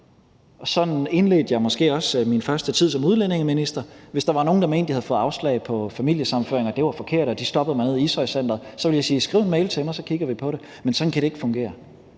Sådan indledte jeg måske også min første tid som udlændingeminister: Hvis der var nogen, der mente, at det var forkert, at de havde fået afslag på familiesammenføring, og de stoppede mig ude i Ishøjcenteret, så ville jeg sige: Skriv en mail til mig, så kigger vi på det. Men sådan kan det ikke fungere.